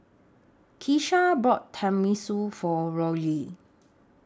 Keesha bought Tenmusu For Rory